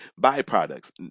byproducts